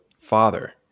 father